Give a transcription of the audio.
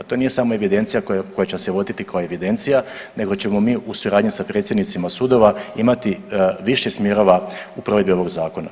To nije samo evidencija koja će se voditi kao evidencija nego ćemo mi u suradnji sa predsjednicima sudova imati više smjerova u provedbi ovog zakona.